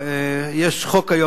יש חוק היום,